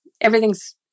everything's